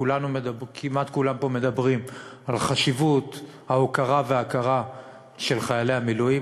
כמעט כולם פה מדברים על חשיבות ההוקרה וההכרה בחיילי המילואים,